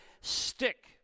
stick